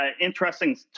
interesting